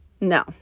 No